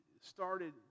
started